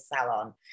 salon